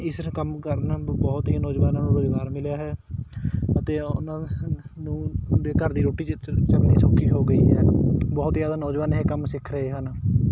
ਇਸ ਕੰਮ ਕਰਨਾ ਬਹੁਤ ਹੀ ਨੌਜਵਾਨਾਂ ਨੂੰ ਰੁਜ਼ਗਾਰ ਮਿਲਿਆ ਹੈ ਅਤੇ ਉਹਨਾਂ ਨੂੰ ਦੇ ਘਰ ਦੀ ਰੋਟੀ ਚ ਚੱਲਣੀ ਸੌਖੀ ਹੋ ਗਈ ਹੈ ਬਹੁਤ ਜ਼ਿਆਦਾ ਨੌਜਵਾਨ ਇਹ ਕੰਮ ਸਿੱਖ ਰਹੇ ਹਨ